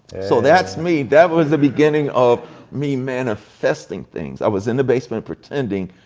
so that's me, that was the beginning of me manifesting things. i was in the basement pretending,